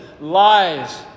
lies